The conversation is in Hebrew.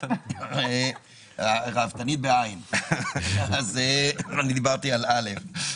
למה אני מזכיר את זה?